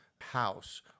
house